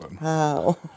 Wow